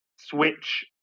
switch